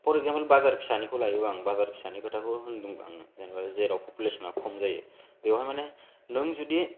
four example बाजार फिसानिखौ लायोबा आं बाजार फिसानि खोथाखौ होन्दों आङो जेन'बा जेराव पपुलेसना खम जायो बेवहाय माने नों जुदि